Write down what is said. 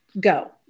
go